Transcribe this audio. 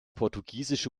portugiesische